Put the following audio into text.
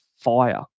fire